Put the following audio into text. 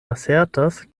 asertas